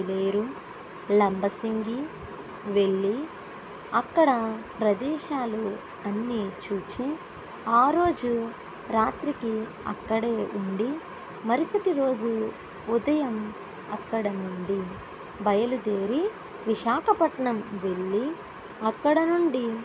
సీలేరు లంబసింగి వెళ్ళి అక్కడ ప్రదేశాలు అన్నీ చూచి ఆ రోజు రాత్రికి అక్కడే ఉండి మరుసటి రోజు ఉదయం అక్కడ నుండి బయలుదేరి విశాఖపట్టణం వెళ్ళి అక్కడ నుండి